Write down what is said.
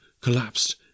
collapsed